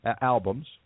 albums